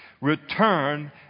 Return